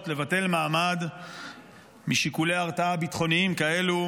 לבטל מעמד משיקולי הרתעה ביטחוניים כאלו,